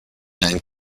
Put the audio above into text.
and